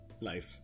life